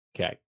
okay